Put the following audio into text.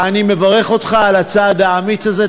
ואני מברך אותך על הצעד האמיץ הזה.